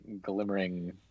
glimmering